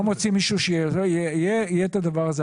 לא מוצאים מישהו כדי שיהיה הדבר הזה.